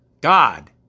God